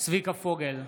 צביקה פוגל,